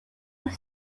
was